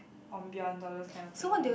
ambiance all those kind of thing ya